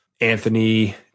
Anthony